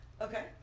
Okay